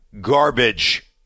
Garbage